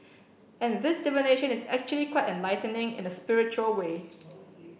and this divination is actually quite enlightening in a spiritual way